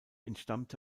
entstammte